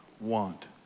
want